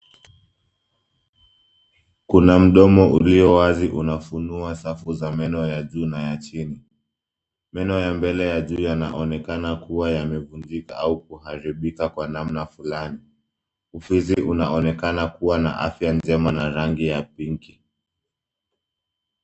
Kuna mdomo ulio wazi unafunua safu za meno ya juu na ya chini. Meno ya mbele ya juu yanaonekana kuwa yamevunjika au kuharibika kwa namna fulani. Ufizi unaonekana kuwa na afya njema na rangi ya pinki.